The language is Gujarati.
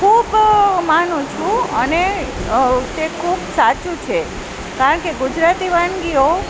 ખૂબ માનું છું અને તે ખૂબ સાચું છે કારણ કે ગુજરાતી વાનગીઓ